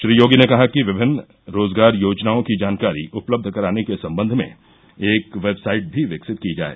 श्री योगी ने कहा कि विभिन्न रोजगार योजनाओं की जानकारी उपलब्ध कराने के सम्बन्ध में एक वेबसाइट भी विकसित की जाए